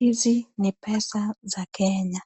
Hizi ni pesa za Kenya.